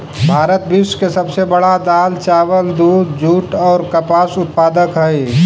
भारत विश्व के सब से बड़ा दाल, चावल, दूध, जुट और कपास उत्पादक हई